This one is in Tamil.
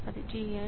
அது t n